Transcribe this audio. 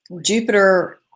Jupiter